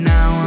Now